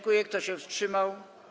Kto się wstrzymał?